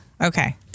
Okay